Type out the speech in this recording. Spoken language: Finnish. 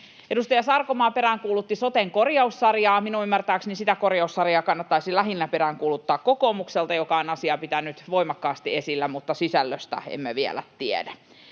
Edustaja Sarkomaa peräänkuulutti soten korjaussarjaa. Minun ymmärtääkseni sitä korjaussarjaa kannattaisi peräänkuuluttaa lähinnä kokoomukselta, joka on asiaa pitänyt voimakkaasti esillä mutta sisällöstä emme vielä tiedä.